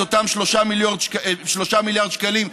את אותם 3 מיליארד שקלים.